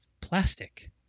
plastic